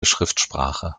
schriftsprache